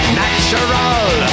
natural